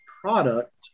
product